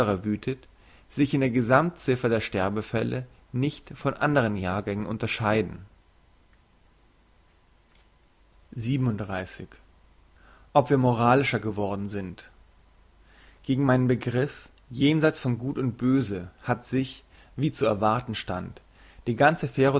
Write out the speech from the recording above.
sich in der gesammt ziffer der sterbefälle nicht von andern jahrgängen unterscheiden ob wir moralischer geworden sind gegen meinen begriff jenseits von gut und böse hat sich wie zu erwarten stand die ganze